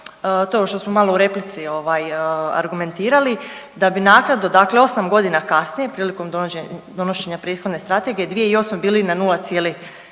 To je ono što smo malo u replici argumentirali, da bi naknadno, dakle 8 godina kasnije prilikom donošenja prethodne strategije, 2008. bili na 0,3%